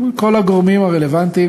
מול כל הגורמים הרלוונטיים